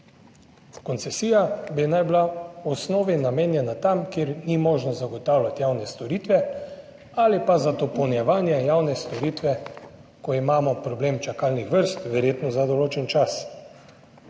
Koncesija bi naj bila v osnovi namenjena tam, kjer ni možno zagotavljati javne storitve ali pa za dopolnjevanje javne storitve, ko imamo problem čakalnih vrst, verjetno za določen čas,